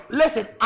listen